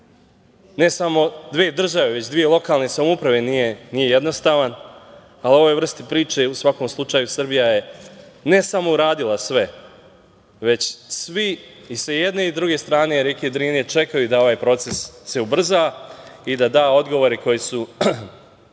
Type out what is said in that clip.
ne samo dve države, već dve lokalne samouprave nije jednostavan, a u ovoj vrsti priče u svakom slučaju Srbija je ne samo uradila sve, već svi i sa jedne i druge strane reke Drine čekaju da ovaj proces se ubrza i da da odgovore koji su